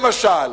למשל